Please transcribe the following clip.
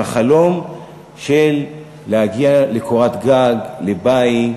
מהחלום להגיע לקורת גג, לבית,